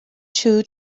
two